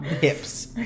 hips